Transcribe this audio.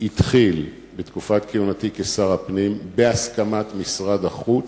התחיל בתקופת כהונתי כשר הפנים, בהסכמת משרד החוץ,